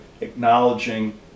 acknowledging